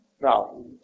now